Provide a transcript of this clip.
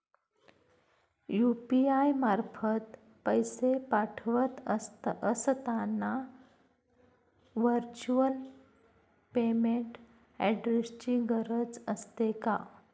UPI मार्फत पैसे पाठवत असताना व्हर्च्युअल पेमेंट ऍड्रेसची गरज असते का?